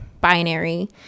binary